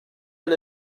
and